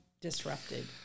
disrupted